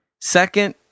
Second